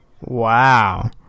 Wow